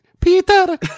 Peter